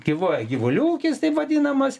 gyvuoja gyvulių ūkis taip vadinamas